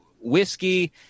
whiskey